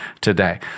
today